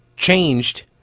changed